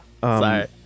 Sorry